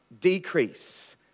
decrease